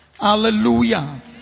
Hallelujah